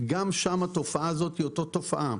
גם שם התופעה הזאת היא אותה תופעה,